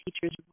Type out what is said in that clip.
teachers